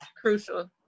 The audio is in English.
Crucial